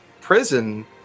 prison